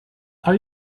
are